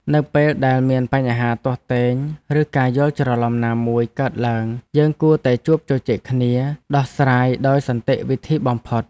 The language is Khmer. នៅពេលដែលមានបញ្ហាទាស់ទែងឬការយល់ច្រឡំណាមួយកើតឡើងយើងគួរតែជួបជជែកគ្នាដោះស្រាយដោយសន្តិវិធីបំផុត។